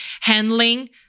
handling